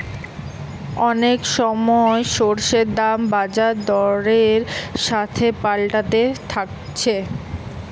অনেক সময় শস্যের দাম বাজার দরের সাথে পাল্টাতে থাকছে